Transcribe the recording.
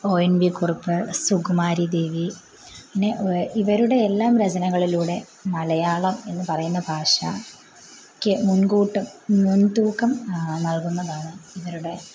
ഓ N V Kurup Sukumari Devi പിന്നെ ഇവരുടെ എല്ലാം രചനകളിലൂടെ മലയാളം എന്ന് പറയുന്ന ഭാഷയ്ക്ക് മുൻപോട്ട് മുൻതൂക്കം നൽകുന്നതാണ് ഇവരുടെ